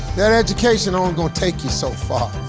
that education only gonna take you so far,